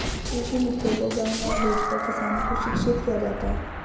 कृषि मित्रों को गाँव गाँव भेजकर किसानों को शिक्षित किया जाता है